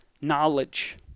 knowledge